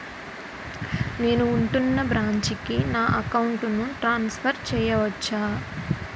నేను ఉంటున్న బ్రాంచికి నా అకౌంట్ ను ట్రాన్సఫర్ చేయవచ్చా?